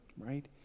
right